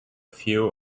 few